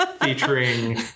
Featuring